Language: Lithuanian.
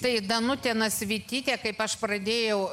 tai danutė nasvytytė kaip aš pradėjau